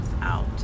out